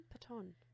Patton